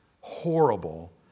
horrible